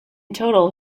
total